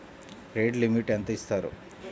Credit limit ఎంత ఇస్తారు?